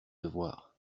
devoir